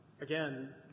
again